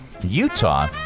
Utah